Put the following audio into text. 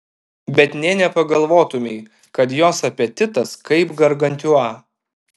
bet nė nepagalvotumei kad jos apetitas kaip gargantiua